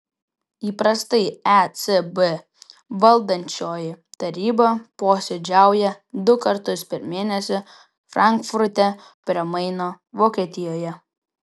įprastai ecb valdančioji taryba posėdžiauja du kartus per mėnesį frankfurte prie maino vokietijoje